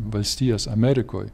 valstijas amerikoj